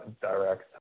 direct